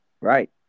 right